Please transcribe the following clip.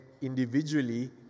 individually